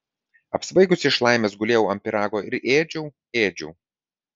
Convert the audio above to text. apsvaigusi iš laimės gulėjau ant pyrago ir ėdžiau ėdžiau